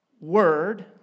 word